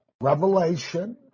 Revelation